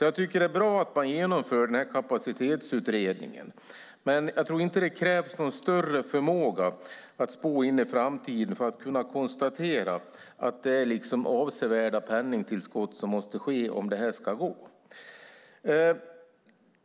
Jag tycker att det är bra att man genomför kapacitetsutredningen, men jag tror inte det krävs någon större förmåga att spå in i framtiden för att kunna konstatera att avsevärda penningtillskott måste till om det här ska gå.